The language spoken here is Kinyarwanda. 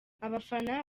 abafana